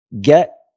get